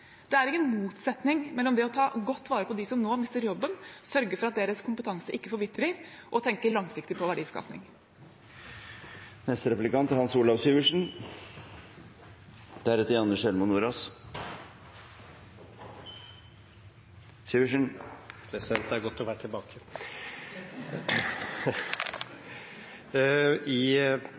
Det er ingen motsetning mellom det å ta godt vare på dem som nå mister jobben, og sørge for at deres kompetanse ikke forvitrer, og det å tenke langsiktig på verdiskaping. Det er godt å være tilbake. I